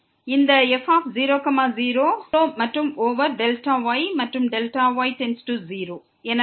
இந்த f0 0 0 மற்றும் over Δy மற்றும் Δy→0